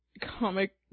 comic